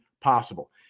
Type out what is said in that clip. possible